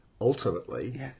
ultimately